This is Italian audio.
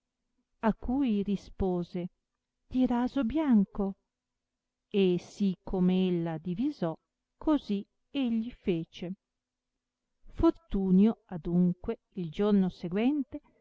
a cui rispose di raso bianco e sì come ella divisò così egli fece fortunio adunque il giorno seguente